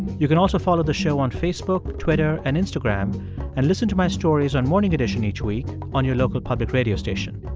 you can also follow the show on facebook, twitter and instagram and listen to my stories on morning edition each week on your local radio station.